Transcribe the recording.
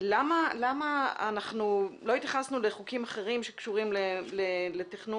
למה אנחנו לא התייחסנו לחוקים אחרים שקשורים לתכנון,